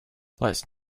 last